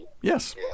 Yes